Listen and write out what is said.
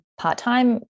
part-time